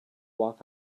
walk